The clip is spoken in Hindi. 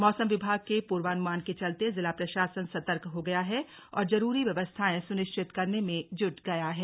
मौसम विभाग के पूर्वानुमान के चलते जिला प्रशासन सतर्क हो गया है और जरूरी व्यवस्थाएं सुनिश्चित करने में जुट गया है